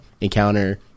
encounter